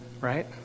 right